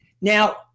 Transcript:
Now